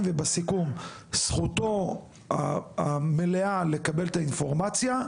ובסיכום זכותו המלאה לקבל את האינפורמציה,